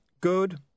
good